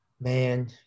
Man